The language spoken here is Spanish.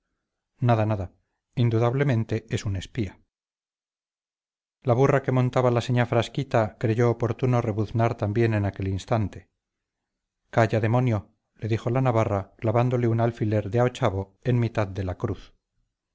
nada nada indudablemente es un espía la burra que montaba la señá frasquita creyó oportuno rebuznar también en aquel instante calla demonio le dijo la navarra clavándole un alfiler de a ochavo en mitad de la cruz